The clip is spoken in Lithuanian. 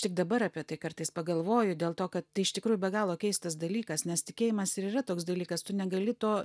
tik dabar apie tai kartais pagalvoju dėl to kad tai iš tikrųjų be galo keistas dalykas nes tikėjimas ir yra toks dalykas tu negali to